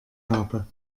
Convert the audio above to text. habe